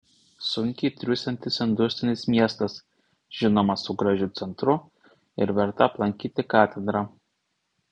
sunkiai triūsiantis industrinis miestas žinoma su gražiu centru ir verta aplankyti katedra